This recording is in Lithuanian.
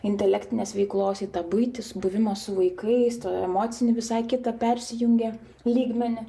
intelektinės veiklos į tą buitį s buvimą su vaikais tą emocinį visai kitą persijungia lygmenį